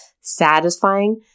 satisfying